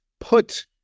put